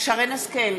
שרן השכל,